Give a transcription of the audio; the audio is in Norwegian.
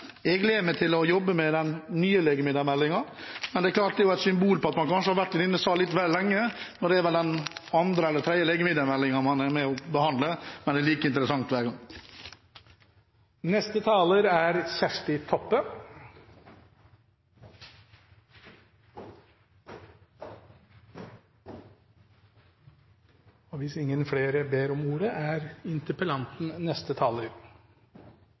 Jeg gleder meg til å jobbe med den nye legemiddelmeldingen. Det er klart det er et tegn på at man kanskje har vært i denne salen vel lenge når det er den andre eller tredje legemiddelmeldingen man er med på å behandle. Men det er like interessant hver gang. Eg vil takka interpellanten for å ha fremma ei viktig sak til debatt. Eg er litt overraska over kor tydeleg interpellanten